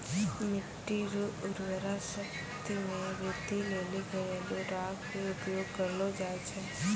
मिट्टी रो उर्वरा शक्ति मे वृद्धि लेली घरेलू राख भी उपयोग करलो जाय छै